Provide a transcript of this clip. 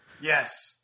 Yes